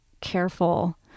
careful